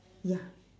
ya